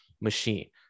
machine